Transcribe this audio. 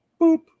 boop